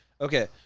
okay